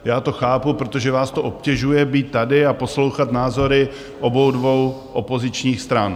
Já to chápu, protože vás obtěžuje být tady a poslouchat názory obou dvou opozičních stran.